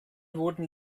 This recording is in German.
wurden